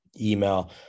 email